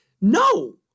no